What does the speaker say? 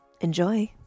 enjoy